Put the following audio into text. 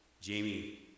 Jamie